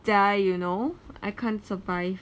die you know I can't survive